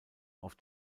auf